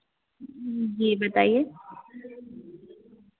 जी बताइए